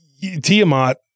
Tiamat